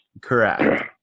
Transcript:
Correct